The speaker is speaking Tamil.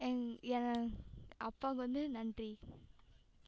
எங் என் அப்பாவுக்கு வந்து நன்றி